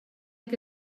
que